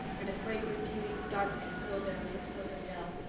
and a fragrant dewy darkness filled their little sylvan dell.